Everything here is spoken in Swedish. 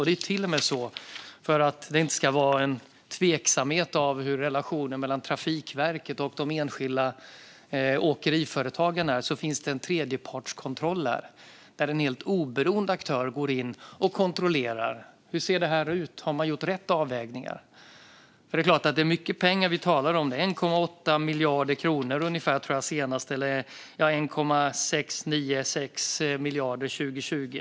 Det är till och med så, för att det inte ska vara en tveksamhet om hur relationen mellan Trafikverket och de enskilda åkeriföretagen är, att det finns tredjepartskontroller. Där går en helt oberoende aktör in och kontrollerar: Hur ser det ut? Har man gjort rätt avvägningar? Det är mycket pengar vi talar om. Nu senast var det ungefär 1,8 miljarder kronor, eller 1 696 miljarder år 2020.